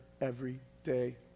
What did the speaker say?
everyday